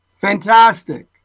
Fantastic